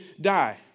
die